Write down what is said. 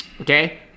Okay